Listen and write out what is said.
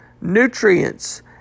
nutrients